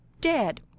dead